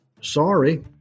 sorry